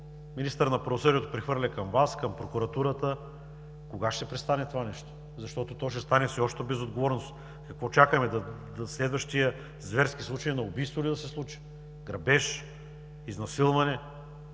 министърът на правосъдието прехвърля към Вас, към Прокуратурата. Кога ще престане това нещо, защото това ще стане всеобща безотговорност? Какво чакаме, следващият зверски случай на убийство ли да се случи, грабеж, изнасилване?!